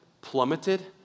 plummeted